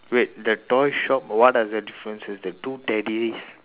wait the toy shop what are the differences the two teddies